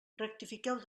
rectifiqueu